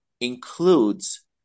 includes